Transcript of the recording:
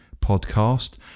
podcast